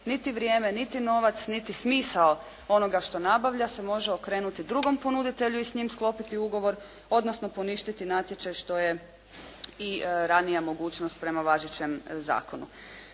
niti vrijeme, niti novac, niti smisao onoga što nabavlja se može okrenuti drugom ponuditelju i s njim sklopiti ugovor, odnosno poništiti natječaj što je i ranija mogućnost prema važećem zakonu.